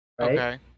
okay